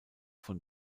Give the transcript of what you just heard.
von